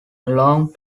along